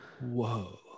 Whoa